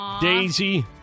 Daisy